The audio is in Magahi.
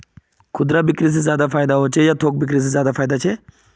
खुदरा बिक्री से ज्यादा फायदा होचे या थोक बिक्री से ज्यादा फायदा छे?